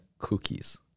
Cookies